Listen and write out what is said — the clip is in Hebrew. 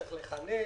צריך לכנס,